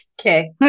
okay